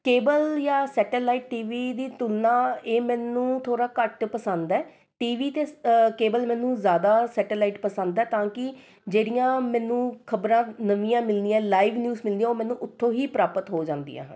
cable ਜਾਂ satellite T V ਦੀ ਤੁਲਨਾ ਇਹ ਮੈਨੂੰ ਥੋੜ੍ਹਾ ਘੱਟ ਪਸੰਦ ਹੈ ਟੀ ਵੀ 'ਤੇ ਸ ਕੇਬਲ ਮੈਨੂੰ ਜ਼ਿਆਦਾ ਸੈਟੇਲਾਈਟ ਪਸੰਦ ਹੈ ਤਾਂ ਕਿ ਜਿਹੜੀਆਂ ਮੈਨੂੰ ਖਬਰਾਂ ਨਵੀਆਂ ਮਿਲਣੀਆਂ ਲਾਈਵ ਨਿਊਜ਼ ਮਿਲਦੀਆਂ ਉਹ ਮੈਨੂੰ ਉੱਥੋਂ ਹੀ ਪ੍ਰਾਪਤ ਹੋ ਜਾਂਦੀਆਂ ਹਨ